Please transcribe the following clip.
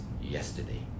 yesterday